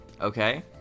okay